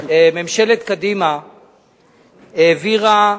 ממשלת קדימה העבירה,